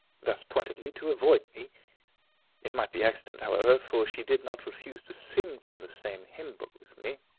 thus pointedly to avoid me it might be accident, however, for she did not refuse to sing from the same hymn-book with me,